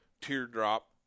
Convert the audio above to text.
teardrop